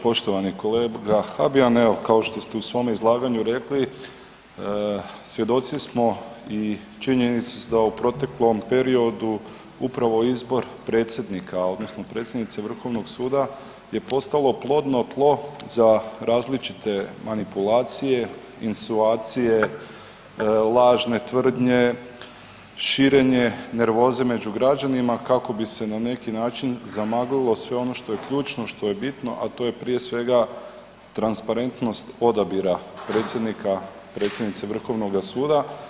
Poštovani kolega Habijan, evo kao što ste u svom izlaganju rekli svjedoci smo i činjenice su da u proteklom periodu upravo izbor predsjednika odnosno predsjednice vrhovnog suda je postalo plodno tlo za različite manipulacije, insuacije, lažne tvrdnje, širenje nervoze među građanima kako bi se na neki način zamaglilo sve ono što je ključno i što je bitno, a to je prije svega transparentnost odabira predsjednika, predsjednice vrhovnoga suda.